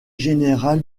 générale